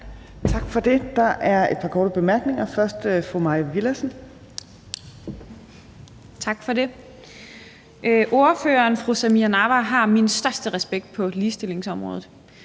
Tak for det. Der er et par korte bemærkninger. Først er det fru Mai Villadsen. Kl. 15:24 Mai Villadsen (EL): Tak for det. Ordføreren, fru Samira Nawa, har min største respekt på ligestillingsområdet.